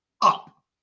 up